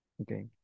okay